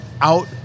out